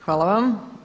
Hvala vam.